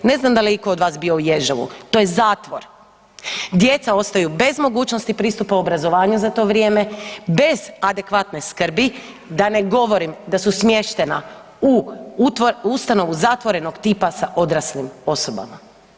Ne znam da li je itko od vas bio u Ježevu, to je zatvor, djeca ostaju bez mogućnosti pristupa obrazovanju za to vrijeme, bez adekvatne skrbi, da ne govorim da su smještena u ustanovu zatvorenog tipa sa odraslim osobama.